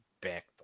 back